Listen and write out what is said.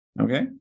Okay